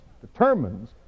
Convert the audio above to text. determines